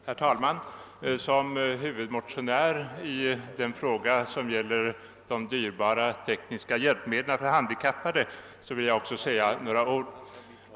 Herr talman! Som huvudmotionär i den fråga som gäller de dyrbara tekniska hjälpmedlen för handikappade vill jag också säga några ord.